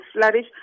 flourish